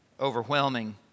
overwhelming